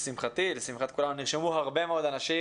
לשמחתי ולשמחת כולנו נרשמו הרבה מאוד אנשים,